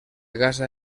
casa